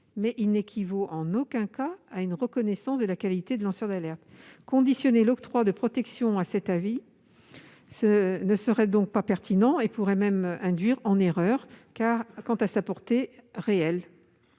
mais il n'équivaut en aucun cas à une reconnaissance de la qualité de lanceur d'alerte. Conditionner l'octroi de protections à cet avis ne serait donc pas pertinent et pourrait même induire en erreur quant à sa portée réelle.